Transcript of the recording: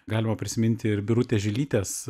galima prisiminti ir birutės žilytės